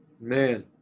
Man